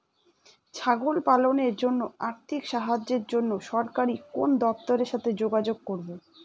ছাগল পালনের জন্য আর্থিক সাহায্যের জন্য সরকারি কোন দপ্তরের সাথে যোগাযোগ করব?